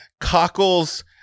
Cockles